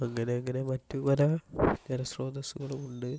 അങ്ങനെ അങ്ങനെ മറ്റ് പല ജലസ്രോതസ്സുകളും ഉണ്ട്